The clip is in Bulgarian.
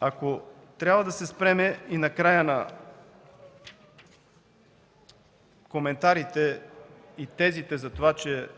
Ако трябва да се спрем накрая на коментарите и тезите за това, че